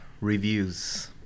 reviews